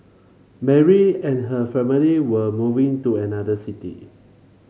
Mary and her family were moving to another city